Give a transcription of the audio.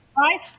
right